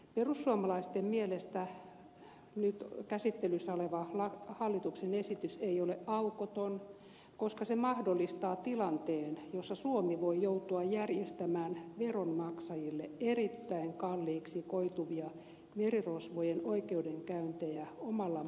perussuomalaisten mielestä nyt käsittelyssä oleva hallituksen esitys ei ole aukoton koska se mahdollistaa tilanteen jossa suomi voi joutua järjestämään veronmaksajille erittäin kalliiksi koituvia merirosvojen oikeudenkäyntejä omalla maaperällään